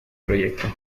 proyecto